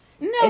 No